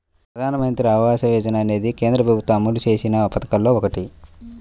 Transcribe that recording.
ప్రధానమంత్రి ఆవాస యోజన అనేది కేంద్ర ప్రభుత్వం అమలు చేసిన పథకాల్లో ఒకటి